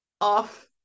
off